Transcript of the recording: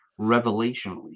revelationally